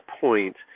point